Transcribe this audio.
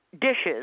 dishes